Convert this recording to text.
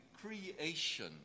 creation